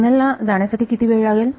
signal ला जाण्यासाठी किती वेळ लागेल